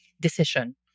decision